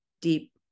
deep